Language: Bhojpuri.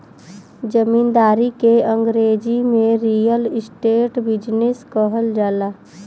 जमींदारी के अंगरेजी में रीअल इस्टेट बिजनेस कहल जाला